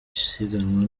siganwa